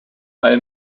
allem